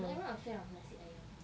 but I'm not a fan of nasi ayam